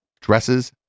dresses